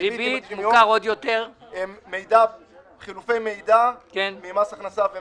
כן המנהל החליט מסיבות סבירות